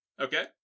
Okay